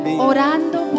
orando